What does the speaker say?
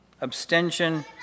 Abstention